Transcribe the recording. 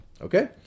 okay